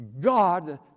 God